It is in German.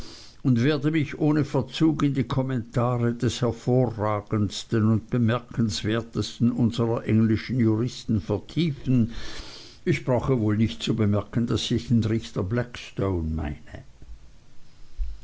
und werde mich ohne verzug in die kommentare des hervorragendsten und bemerkenswertesten unserer englischen juristen vertiefen ich brauche wohl nicht zu bemerken daß ich den richter blackstone meine